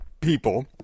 people